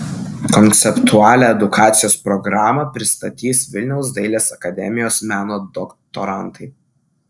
konceptualią edukacijos programą pristatys vilniaus dailės akademijos meno doktorantai